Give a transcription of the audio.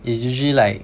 it's usually like